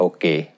Okay